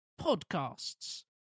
podcasts